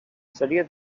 seria